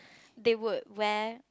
they would wear